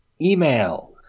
email